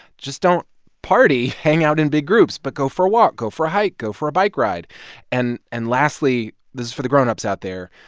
just don't party, hang out in big groups. but go for a walk. go for a hike. go for a bike ride and and lastly, this is for the grown-ups out there.